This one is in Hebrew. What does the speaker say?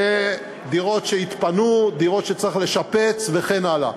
דירות שהתפנו, דירות שצריך לשפץ וכן הלאה.